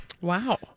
Wow